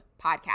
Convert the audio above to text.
Podcast